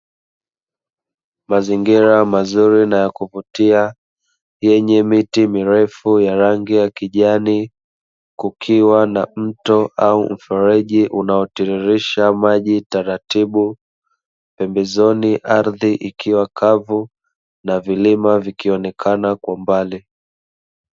Mazingira mazuri na ya kuvutia yenye miti mirefu ya rangi ya kijani, kukiwa na mto au mfereji unaotiririsha maji taratibu pembezoni, ardhi ikiwa kavu na vilima vikionekana kwa mbali.